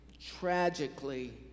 tragically